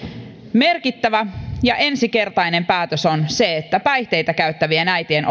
merkittävä ja ensikertainen päätös on se että päihteitä käyttävien äitien